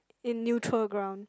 in neutral ground